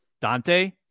Dante